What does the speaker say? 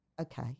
Okay